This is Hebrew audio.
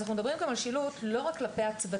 אז אנחנו מדברים לא רק על שילוט כלפי הצוותים,